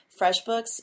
FreshBooks